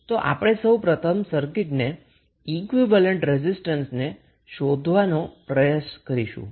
તો આપણે સૌ પ્રથમ સર્કિટને ઈક્વીવેલેન્ટ રેઝિસ્ટન્સ ને શોધવાનો પ્રયત્ન કરીશું